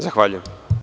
Zahvaljujem.